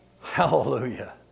Hallelujah